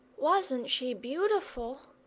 wasn't she beautiful?